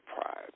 pride